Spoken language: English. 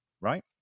right